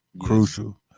Crucial